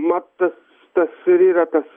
mat tas ir yra tas